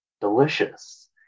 Delicious